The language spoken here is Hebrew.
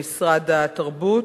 במשרד התרבות,